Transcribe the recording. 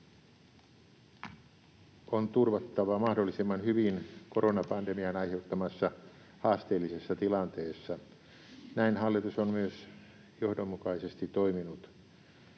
on turvattava mahdollisimman hyvin koronapandemian aiheuttamassa haasteellisessa tilanteessa. Näin hallitus on myös johdonmukaisesti toiminut.